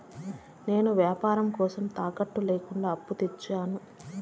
నేను వ్యాపారం కోసం తాకట్టు లేకుండా అప్పు పొందొచ్చా?